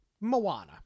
Moana